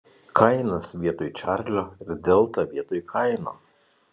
kainas vietoj čarlio ir delta vietoj kaino